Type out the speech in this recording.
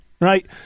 Right